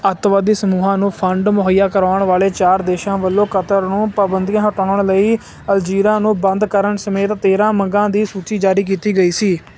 ਅੱਤਵਾਦੀ ਸਮੂਹਾਂ ਨੂੰ ਫੰਡ ਮੁਹੱਈਆ ਕਰਵਾਉਣ ਵਾਲੇ ਚਾਰ ਦੇਸ਼ਾਂ ਵੱਲੋਂ ਕਤਰ ਨੂੰ ਪਾਬੰਦੀਆਂ ਹਟਾਉਣ ਲਈ ਅਲਜੀਰਾ ਨੂੰ ਬੰਦ ਕਰਨ ਸਮੇਤ ਤੇਰ੍ਹਾਂ ਮੰਗਾਂ ਦੀ ਸੂਚੀ ਜਾਰੀ ਕੀਤੀ ਗਈ ਸੀ